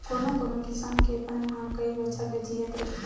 कोनो कोनो किसम के बन ह कइ बछर ले जियत रहिथे